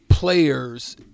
Players